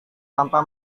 tanpa